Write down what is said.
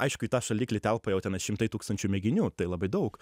aišku į tą šaldiklį telpa jau tenais šimtai tūkstančių mėginių tai labai daug